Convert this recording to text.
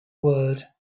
word